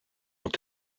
ont